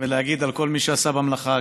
ולהגיד על כל מי שעשה במלאכה,